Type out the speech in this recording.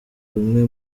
rumwe